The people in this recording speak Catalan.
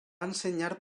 ensenyar